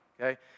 okay